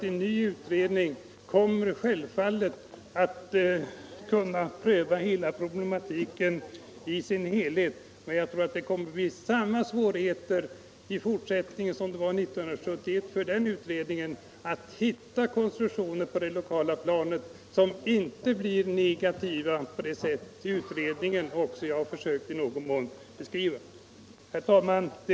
En ny utredning kommer självfallet att kunna pröva problematiken i dess helhet, men jag tror att det blir samma svårigheter i fortsättningen som det var för utredningen 1971 när det gäller att hitta konstruktioner på det lokala planet som inte blir negativa på det sätt som utredningen — och också jag — har försökt att i någon mån beskriva. Herr talman!